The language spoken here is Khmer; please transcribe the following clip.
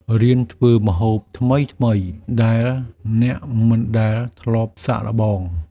រៀនធ្វើម្ហូបថ្មីៗ ដែលអ្នកមិនដែលធ្លាប់សាកល្បង។